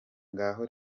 ngaho